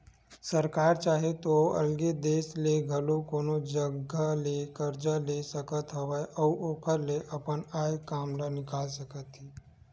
सरकार चाहे तो अलगे देस ले घलो कोनो जघा ले करजा ले सकत हवय अउ ओखर ले अपन आय काम ल निकाल सकत हे